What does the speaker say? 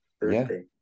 Thursday